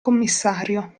commissario